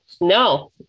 No